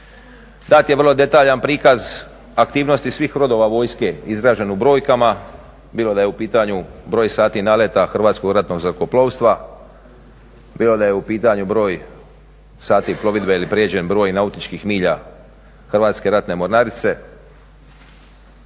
Dat je vrlo detaljan prikaz aktivnosti svih rodova vojske izražen u brojkama bilo da je u pitanju broj sati naleta Hrvatskog ratnog zrakoplovstva, bilo da je u pitanju broj sati plovidbe ili prijeđen broj nautičkih milja Hrvatske ratne mornarice.